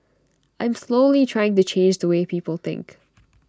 I'm slowly trying to change the way people think